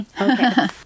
Okay